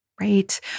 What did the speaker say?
right